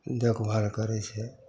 देखभाल करै छिए